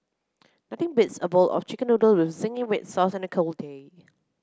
nothing beats a bowl of chicken noodle with zingy red sauce on a cold day